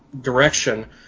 direction